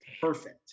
perfect